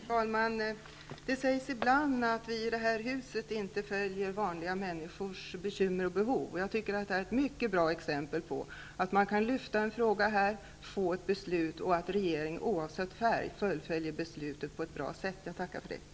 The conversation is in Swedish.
Fru talman! Det sägs ibland att vi i detta hus inte följer vanliga människors bekymmer och behov. Jag tycker att detta är ett mycket bra exempel på att man kan lyfta fram en fråga i riksdagen, få ett beslut, och att regeringen oavsett färg fullföljer beslutet på ett bra sätt. Jag tackar för detta.